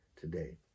today